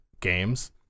games